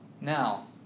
Now